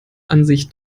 ansicht